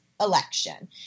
election